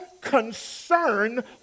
concern